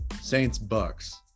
Saints-Bucks